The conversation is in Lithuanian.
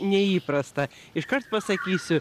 neįprasta iškart pasakysiu